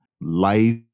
life